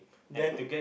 then